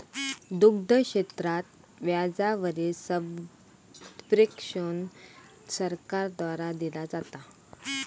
दुग्ध क्षेत्रात व्याजा वरील सब्वेंशन सरकार द्वारा दिला जाता